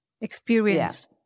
experience